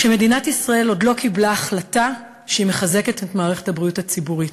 מדינת ישראל עוד לא קיבלה החלטה שהיא מחזקת את מערכת הבריאות הציבורית,